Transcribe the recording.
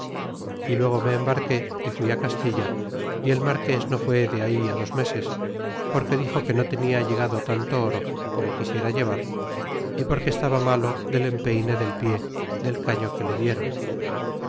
y luego me embarqué y fui castilla y el marqués no fue de ahí dos meses porque dixo que no tenia allegado tanto oro como quisiera llevar y porque estaba malo del empeyne del pie del caño que le dieron